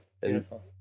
Beautiful